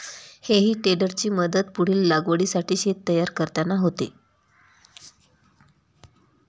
हेई टेडरची मदत पुढील लागवडीसाठी शेत तयार करताना होते